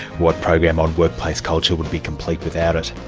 what program on workplace culture would be complete without it?